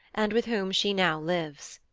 and with whom she now lives.